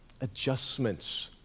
adjustments